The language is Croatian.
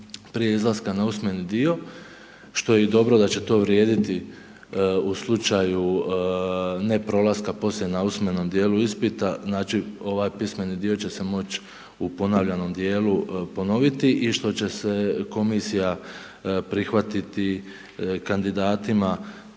prije izlaska na usmeni dio, što je i dobro da će to vrijediti u slučaju neprolaska poslije na usmenom dijelu ispita, znači ovaj pismeni dio će se moć u ponavljanom dijelu ponoviti i što će se komisija prihvatiti kandidatima